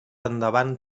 endavant